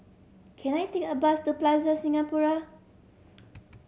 can I take a bus to Plaza Singapura